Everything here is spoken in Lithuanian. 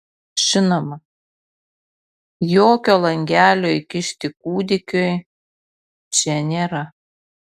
žinoma jokio langelio įkišti kūdikiui čia nėra